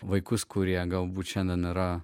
vaikus kurie galbūt šiandien yra